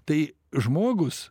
tai žmogus